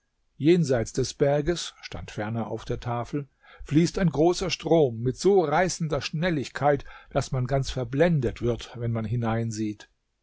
jenseits des berges stand ferner auf der tafel fließt ein großer strom mit so reißender schnelligkeit daß man ganz verblendet wird wenn man